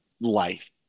life